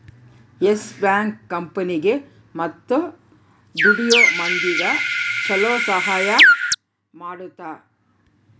S Bank ಕಂಪನಿಗೇ ಮತ್ತ ದುಡಿಯೋ ಮಂದಿಗ ಚೊಲೊ ಸಹಾಯ ಮಾಡುತ್ತ